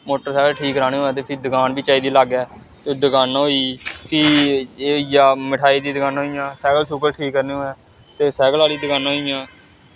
motor cycle ठीक कराने होऐ ते फिर दकान बी चाहिदी लाग्गै फ्ही दकान होई फ्ही एह् होई गेआ मठेआई दी दकानां होई गेइयां सैकल सूकल ठीक करने होऐ ते सैकल आह्ली दकानां होई गेइयां